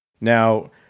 now